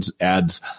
adds